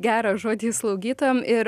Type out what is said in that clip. gerą žodį slaugytojam ir